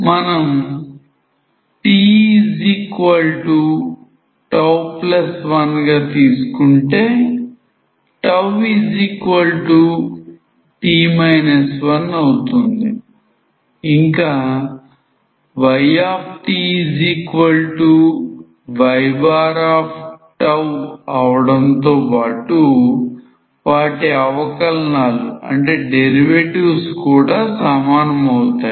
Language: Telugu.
మనం tτ1 గా తీసుకుంటే τt 1అవుతుంది ఇంకా ytyτ అవ్వడం తో బాటు వాటి అవకలనాలు కూడా సమానం అవుతాయి